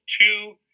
two